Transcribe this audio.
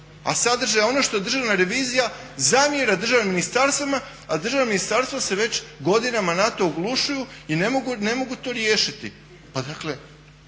a sadržaj je ono što Državna revizija zamjera državnim ministarstvima, a državna ministarstva se već godinama na to oglušuju i ne mogu to riješiti. Pa dakle